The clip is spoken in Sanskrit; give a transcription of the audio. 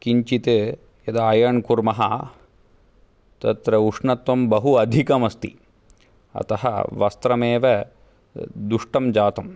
किञ्चित् यद् आयर्न् कुर्मः तत्र उष्णत्वं बहु अधिकमस्ति अतः वस्त्रमेव दुष्टं जातम्